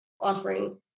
offering